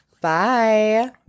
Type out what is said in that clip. bye